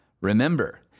Remember